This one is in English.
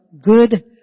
good